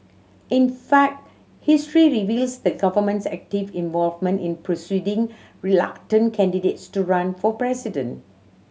in fact history reveals the government's active involvement in persuading reluctant candidates to run for president